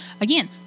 again